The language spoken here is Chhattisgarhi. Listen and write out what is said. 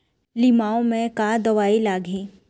लिमाऊ मे का दवई लागिही?